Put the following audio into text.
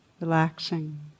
relaxing